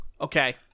Okay